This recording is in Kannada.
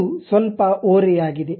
ಇದು ಸ್ವಲ್ಪ ಓರೆಯಾಗಿದೆ